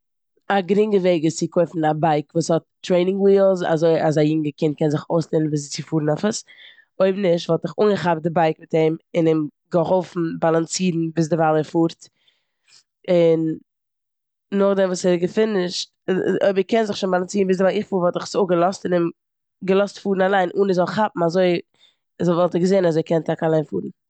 א גרינגע וועג איז צו קויפן א בייק וואס האט טרעינינג ווילס אזוי אז א יונגע קינד קען זיך אויסלערנען וויאזוי צו פארן אויף עס. אויב נישט וואלט איך אנגעכאפט די בייק מיט אים און אים געהאלפן באלאנסירן ביזדערווייל ער פארט און נאכדעם וואס ער האט גע'פינישט, אוי- אויב ער קען זיך שוין באלאנסירן ביזדערווייל איך פאר וואלט איך עס אפגעלאזט און אים געלאזט פארן אליין אן ער זאל כאפן, אזוי וואלט ער געזען אז ער קען טאקע אליין פארן.